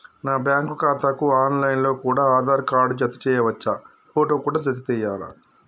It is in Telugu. నా బ్యాంకు ఖాతాకు ఆన్ లైన్ లో కూడా ఆధార్ కార్డు జత చేయవచ్చా ఫోటో కూడా జత చేయాలా?